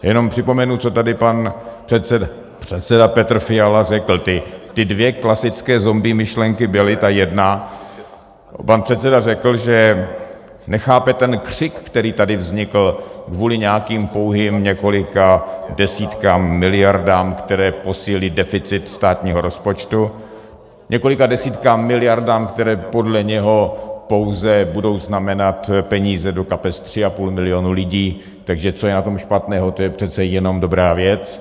Jenom připomenu, co tady pan předseda Petr Fiala řekl, ty dvě klasické zombie myšlenky byly, ta jedna, pan předseda řekl, že nechápe ten křik, který tady vznikl kvůli nějakým pouhým několika desítkám miliard, které posílí deficit státního rozpočtu, několika desítkám miliard, které podle něho pouze budou znamenat peníze do kapes 3,5 milionu lidí, takže co je na tom špatného, to je přece jenom dobrá věc.